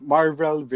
Marvel